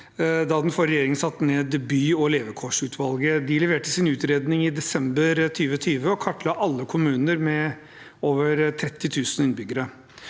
regjeringen satte ned by- og levekårsutvalget, som leverte sin utredning i desember 2020. De kartla alle kommuner med over 30 000 innbyggere.